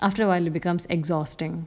after awhile it becomes exhausting